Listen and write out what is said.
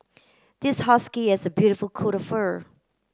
this husky has a beautiful coat of fur